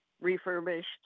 refurbished